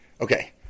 okay